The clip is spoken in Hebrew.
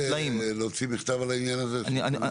להוציא מכתב על העניין הזה?